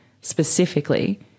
specifically